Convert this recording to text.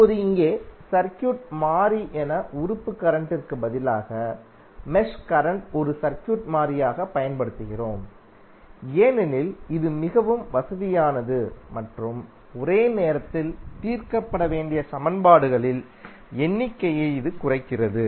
இப்போது இங்கே சர்க்யூட் மாறி என உறுப்பு கரண்ட்டிற்கு பதிலாக மெஷ் கரண்ட் ஒரு சர்க்யூட் மாறியாக பயன்படுத்துகிறோம் ஏனெனில் இது மிகவும் வசதியானது மற்றும் ஒரே நேரத்தில் தீர்க்கப்பட வேண்டிய சமன்பாடுகளின் எண்ணிக்கையை இது குறைக்கிறது